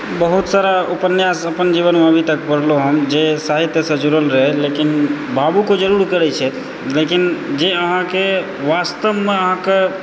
बहुत सारा उपन्यास अपन जीवनमे अभी तक पढ़लहुँ हँ जे साहित्यसँ जुड़ल रहै लेकिन भावुक ओ जरुर करैत छै लेकिन जे अहाँकेँ वास्तवमे अहाँके